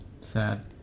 Sad